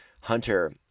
Hunter